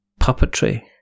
Puppetry